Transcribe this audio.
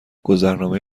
گذرنامه